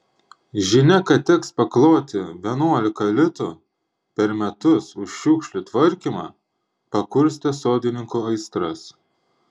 žinia kad teks pakloti vienuolika litų per metus už šiukšlių tvarkymą pakurstė sodininkų aistras